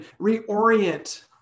reorient